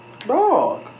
Dog